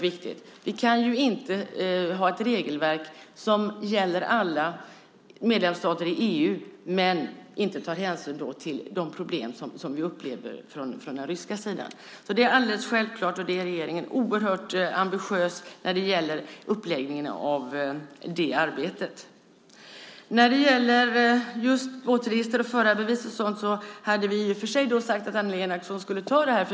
Vi kan inte ha ett regelverk som gäller alla medlemsstater i EU men inte tar hänsyn till de problem som vi upplever från den ryska sidan. Det är alldeles självklart. Regeringen är oerhört ambitiös när det gäller uppläggningen av det arbetet. När det gäller båtregister och förarbevis har vi sagt att Annelie Enochson ska ta det.